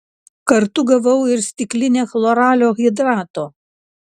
kartu gavau ir stiklinę chloralio hidrato